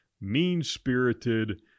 mean-spirited